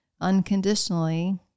unconditionally